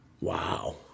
Wow